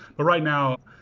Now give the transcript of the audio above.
but right now,